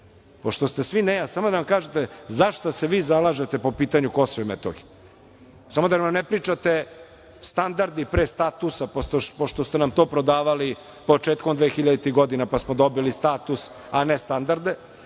pošto ste svi… Samo nam kažite za šta se vi zalažete po pitanju Kosova i Metohije, a samo da nam ne pričate standardi pre statusa, pošto ste nam to prodavali početkom 2000-ih godina, pa smo dobili status, a ne standarde